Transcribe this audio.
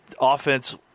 offense